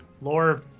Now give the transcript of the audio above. Lore